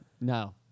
No